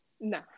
No